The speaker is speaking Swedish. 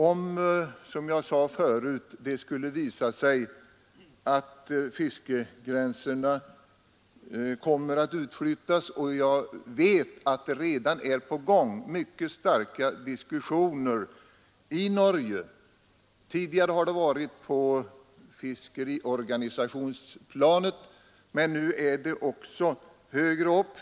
Det kan, som jag tidigare sade, visa sig att fiskegränserna kommer att utflyttas. Jag vet att det redan förs mycket avancerade diskussioner i Norge. Tidigare skedde det på fiskeriorganisationsplanet, men nu sker det också högre upp.